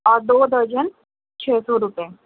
اور دو درجن چھ سو روپے